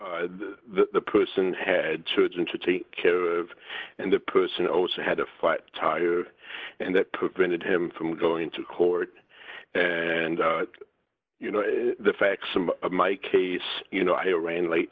case the person had chosen to take care of and the person also had a flat tire and that could been him from going to court and you know the facts some of my case you know iran late